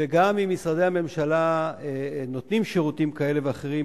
וגם אם משרדי הממשלה נותנים שירותים כאלה ואחרים,